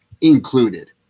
included